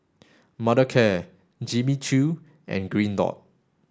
Mothercare Jimmy Choo and Green dot